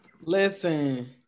Listen